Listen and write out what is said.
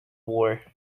war